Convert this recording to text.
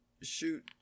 shoot